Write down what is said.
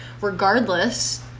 regardless